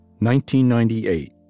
1998